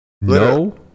no